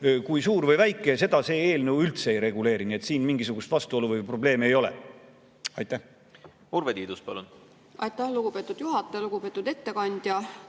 kui suur või väike, see eelnõu üldse ei reguleeri, nii et siin mingisugust vastuolu ega probleeme ei ole. Urve Tiidus, palun! Aitäh, lugupeetud juhataja! Lugupeetud ettekandja!